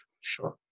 Sure